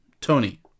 Tony